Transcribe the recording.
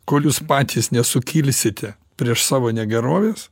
kol jūs patys nesukilsite prieš savo negeroves